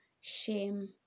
shame